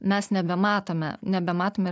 mes nebematome nebematome